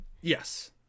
Yes